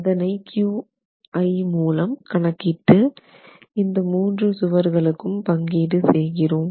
அதனை Qi மூலம் கணக்கிட்டு இந்த மூன்று சுவர்களுக்கும் பங்கீடு செய்கிறோம்